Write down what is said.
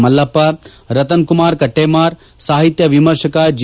ಮಲ್ಲಪ್ಪ ರತನ್ ಕುಮಾರ್ ಕಟ್ಸೇಮಾರ್ ಸಾಹಿತ್ಯ ವಿಮರ್ಶಕ ಜಿ